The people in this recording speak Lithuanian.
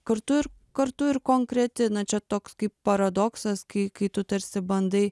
kartu ir kartu ir konkreti na čia toks kaip paradoksas kai kai tu tarsi bandai